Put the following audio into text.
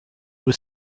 was